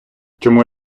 чому